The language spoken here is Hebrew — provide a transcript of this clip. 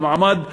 במעמד המוחלש,